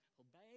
Obey